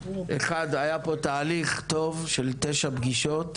אחד, היה פה תהליך טוב של תשע פגישות,